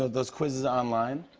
ah those quizzes online.